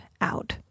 out